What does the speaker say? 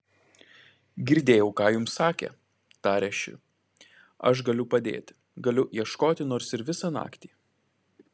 girdėjau ką jums sakė tarė ši aš galiu padėti galiu ieškoti nors ir visą naktį